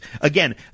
Again